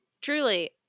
truly